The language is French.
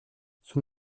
son